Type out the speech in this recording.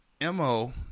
mo